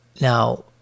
Now